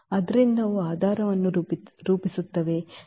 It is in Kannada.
ಆದ್ದರಿಂದ ಅವು ಆಧಾರವನ್ನು ರೂಪಿಸುತ್ತವೆ ಈ